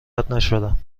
نداشتم